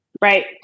Right